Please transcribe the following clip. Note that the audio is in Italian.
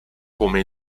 come